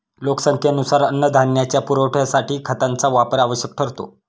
लोकसंख्येनुसार अन्नधान्याच्या पुरवठ्यासाठी खतांचा वापर आवश्यक ठरतो